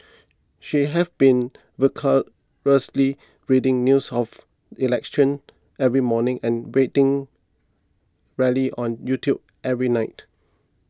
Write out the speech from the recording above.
she have been voraciously reading news of election every morning and waiting rallies on YouTube every night